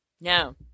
No